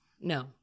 No